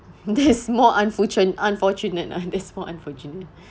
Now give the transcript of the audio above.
that's more unfortun~ unfortunate ah that's more unfortunate